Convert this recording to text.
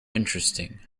interesting